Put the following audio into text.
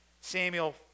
Samuel